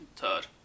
turd